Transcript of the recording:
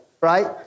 right